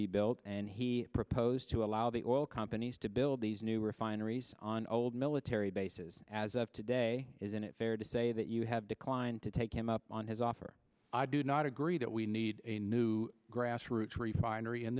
be built and he proposed to allow the oil companies to build these new refineries on old military bases as of today isn't it fair to say that you have declined to take him up on his offer i do not agree that we need a new grassroots refinery in